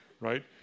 right